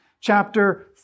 chapter